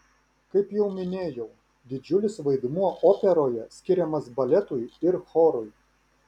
kaip jau minėjau didžiulis vaidmuo operoje skiriamas baletui ir chorui